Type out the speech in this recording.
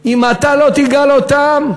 אם אתה לא תגאל אותם,